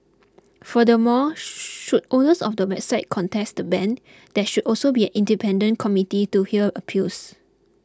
furthermore should owners of the website contest the ban there should also be an independent committee to hear appeals